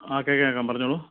ആ കേൾക്കാം കേൾക്കാം പറഞ്ഞോളൂ